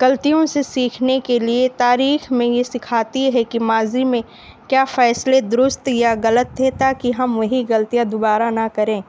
غلطیوں سے سیکھنے کے لیے تاریخ میں یہ سکھاتی ہے کہ ماضی میں کیا فیصلے درست یا غلط تھے تاکہ ہم وہی غلطیاں دوبارہ نہ کریں